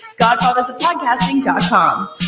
godfathersofpodcasting.com